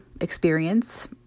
experience